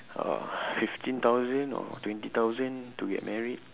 uh fifteen thousand or twenty thousand to get married